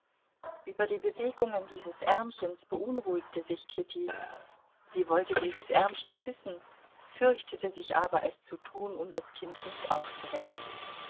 über die bewegungen dieses ärmchens beunruhigte sich kitty sie wollte dieses ärmchen küssen fürchtete sich aber es zu tun um das kind nicht aufzuwecken